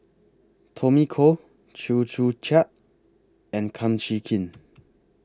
Tommy Koh Chew Joo Chiat and Kum Chee Kin